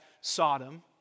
Sodom